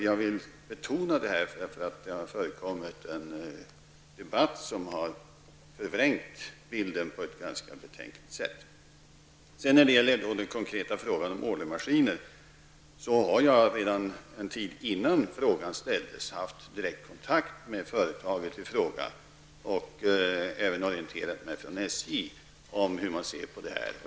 Jag vill betona detta då det har förekommit en debatt som har förvrängt bilden på ett betänkligt sätt. Vidare har vi den konkreta frågan om Ålö Maskiner. Redan en tid före det att frågan ställdes hade jag direkt kontakt med företaget i fråga, och jag har även orienterat mig om hur SJ ser på detta.